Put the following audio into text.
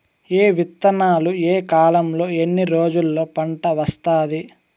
ఏ విత్తనాలు ఏ కాలంలో ఎన్ని రోజుల్లో పంట వస్తాది?